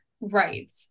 Right